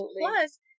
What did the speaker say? plus